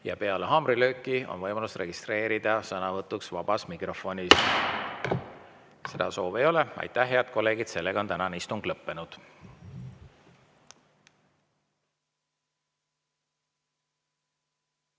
ja peale haamrilööki on võimalus registreeruda sõnavõtuks vabas mikrofonis. Seda soovi ei ole. Aitäh, head kolleegid! Tänane istung on lõppenud.